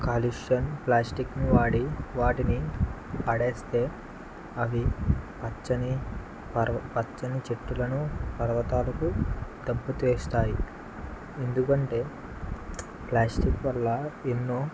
కాలుష్యం ప్లాస్టిక్ను వాడి వాటిని పడేస్తే అవి పచ్చని పర్వ పచ్చని చెట్లను పర్వతాలకు దెబ్బతీస్తాయి ఎందుకంటే ప్లాస్టిక్ వల్ల ఎన్నో